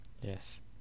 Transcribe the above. Yes